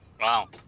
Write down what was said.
Wow